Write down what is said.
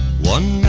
one